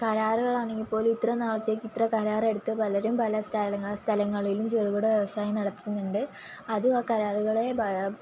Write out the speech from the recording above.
കരാറുകൾ ആണെങ്കിൽ പോലും ഇത്രയും നാളത്തേക്ക് ഇത്ര കരാർ എടുത്ത പലരും പല സ്ഥല സ്ഥലങ്ങളിലും ചെറുകിട വ്യവസായം നടത്തുന്നുണ്ട് അതും ആ കരാറുകളെ